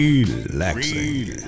Relaxing